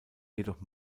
jedoch